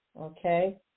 okay